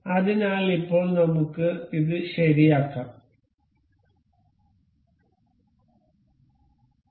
അതിനാൽ ഇപ്പോൾ നമുക്ക് ഇത് ശരിയാക്കാം ഇതിൽ ശരിയാക്കി